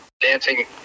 dancing